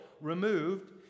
removed